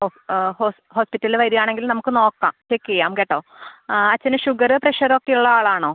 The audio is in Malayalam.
ഓ ആ ഹോസ്പിറ്റല് വരാണെങ്കിൽ നമുക്ക് നോക്കാം ചെക്ക് ചെയ്യാം കേട്ടോ ആ അച്ഛന് ഷുഗറ് പ്രഷറൊക്കെയുള്ള ആളാണോ